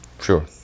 Sure